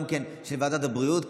גם של ועדת הבריאות,